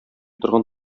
торган